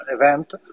event